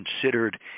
considered